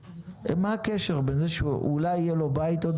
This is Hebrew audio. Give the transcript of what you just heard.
מה הקשר בין זה שאולי יהיה לו בית עוד